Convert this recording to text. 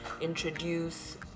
introduce